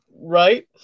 Right